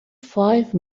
five